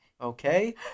Okay